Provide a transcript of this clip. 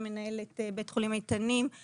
שמנהל את בית חולים איתנים,